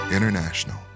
International